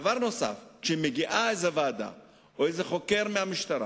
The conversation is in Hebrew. דבר נוסף, כשמגיעה איזו ועדה, איזה חוקר מהמשטרה,